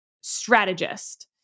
strategist